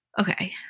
Okay